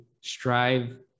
strive